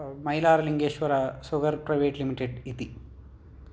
Mailaralingeshwar sugar private limited इति